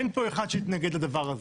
אין פה אחד שיתנגד לדבר הזה.